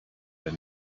der